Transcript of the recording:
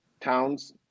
towns